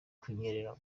kunyerera